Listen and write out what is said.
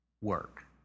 work